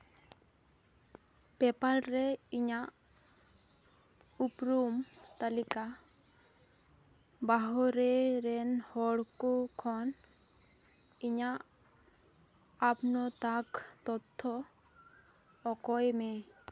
paper ᱨᱮ ᱤᱧᱟᱹᱜ ᱩᱯᱨᱩᱢ ᱛᱟᱹᱞᱤᱠᱟ ᱵᱟᱦᱨᱮ ᱨᱮᱱ ᱦᱚᱲ ᱠᱚ ᱠᱷᱚᱱ ᱤᱧᱟᱹᱜ ᱟᱹᱯᱱᱟᱹᱛᱟᱜᱽ ᱛᱚᱛᱛᱷᱚ ᱚᱠᱚᱭ ᱢᱮ